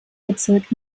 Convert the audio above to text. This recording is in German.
bezirk